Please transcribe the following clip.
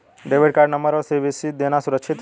Debit card number और CVV देना सुरक्षित है?